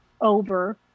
over